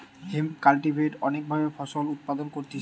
hemp cultivate অনেক ভাবে ফসল উৎপাদন করতিছে